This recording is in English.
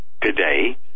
today